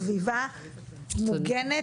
ובאמת נייצר למתנדבים ולמתנדבות שלנו סביבה מוגנת